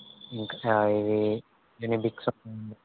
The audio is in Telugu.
ఇంకసా ఇవి అన్ని ఉన్నాయండి